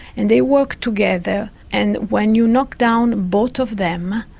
and they work together and when you knock down both of them,